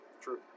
True